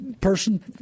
person